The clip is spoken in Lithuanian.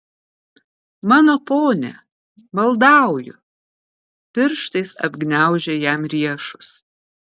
mano pone maldauju pirštais apgniaužė jam riešus